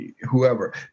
whoever